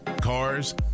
cars